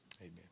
Amen